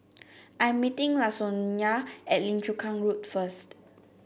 I am meeting Lasonya at Lim Chu Kang Road first